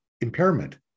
impairment